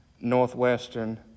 Northwestern